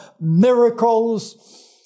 miracles